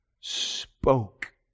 spoke